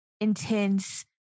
intense